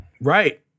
Right